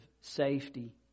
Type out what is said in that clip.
safety